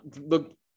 Look